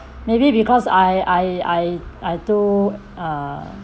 maybe because I I I too uh